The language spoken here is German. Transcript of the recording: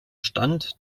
stand